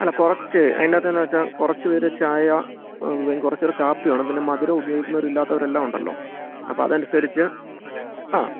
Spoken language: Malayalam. അല്ല കുറച്ച് അതിൻ്റത്തെന്നു വെച്ചാൽ കുറച്ചു പേര് ചായ കുറച്ചു പേര് കാപ്പി വേണം പിന്നെ മധുരം ഉപയോഗിക്കുന്നവരും ഇല്ലാത്തോരുമെല്ലാമുണ്ടല്ലോ അപ്പോൾ അത് അനുസരിച്ചു ആ